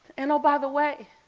and by the way,